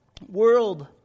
world